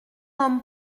homme